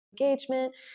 engagement